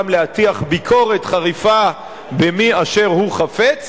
וגם להטיח ביקורת חריפה במי אשר הוא חפץ,